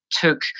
took